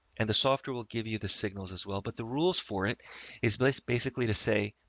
and the software will give you the signals as well. but the rules for it is but basically to say,